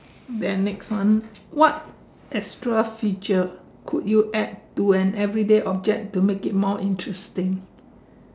then next one what extra feature would you add to an everyday object to make it more interesting